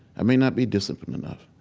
i may not be disciplined enough.